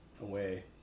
away